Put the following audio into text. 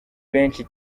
benshi